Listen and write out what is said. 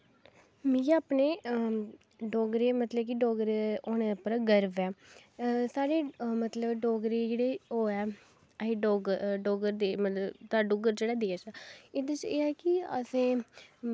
मिगी अपने डोगरे मतलव की डोगरे होने पर गर्व ऐ साढ़े मतलव डोगरे जेह्ड़े ओह् ऐ अस डुग्गर दे मतलव डुग्गर साढ़ा देश ऐ एह्दे च एह् ऐ कि असें